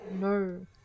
no